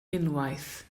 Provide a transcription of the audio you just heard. unwaith